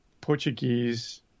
Portuguese